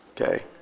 Okay